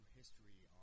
history